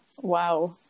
wow